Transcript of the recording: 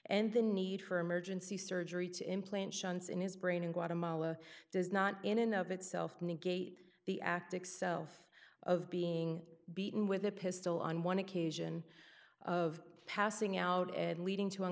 and the need for emergency surgery to implant shunts in his brain in guatemala does not in and of itself negate the act itself of being beaten with a pistol on one occasion of passing out and leading to